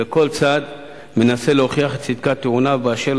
וכל צד מנסה להוכיח את צדקת טיעוניו באשר